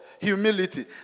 humility